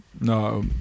No